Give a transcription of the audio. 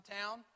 town